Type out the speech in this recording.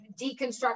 deconstruct